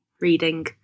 reading